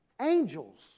angels